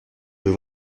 vais